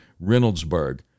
Reynoldsburg